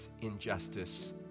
injustice